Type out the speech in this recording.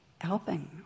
helping